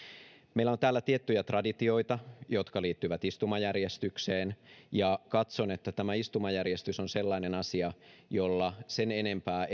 meillä on täällä tiettyjä traditioita jotka liittyvät istumajärjestykseen ja katson että tämä istumajärjestys on sellainen asia jolla sen enempää